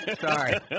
Sorry